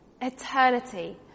eternity